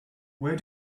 where